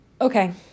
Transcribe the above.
okay